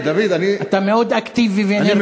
אתה מאוד אקטיבי ואנרגטי.